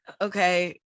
okay